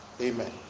Amen